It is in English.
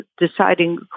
deciding